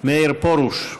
מאיר פרוש.